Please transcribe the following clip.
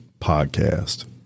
podcast